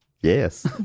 Yes